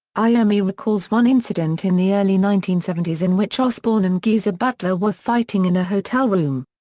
iommi recalls one incident in the early nineteen seventy s in which osbourne and geezer butler were fighting in a hotel room.